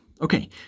Okay